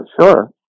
sure